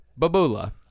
Babula